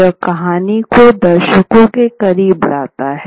यह कहानी को दर्शकों के करीब लाता है